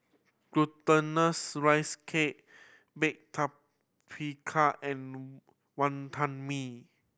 Glutinous Rice Cake baked tapioca and Wantan Mee